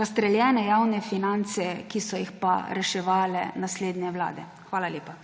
razstreljene javne finance, ki so jih pa reševale naslednje vlade. Hvala lepa.